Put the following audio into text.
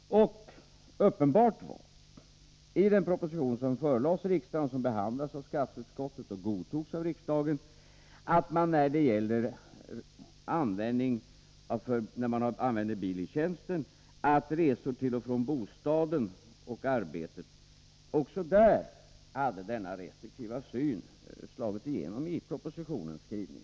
Av den proposition som förelades riksdagen, som behandlades av skatteutskottet och som godtogs av riksdagen framgick uppenbart att även resor till 63 och från arbetet, när man använder bilen i tjänsten, skulle omfattas av samma restriktiva syn.